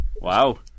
Wow